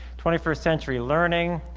twenty first century learning,